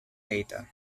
data